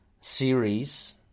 series